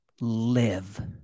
live